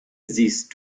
siehst